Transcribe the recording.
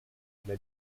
alla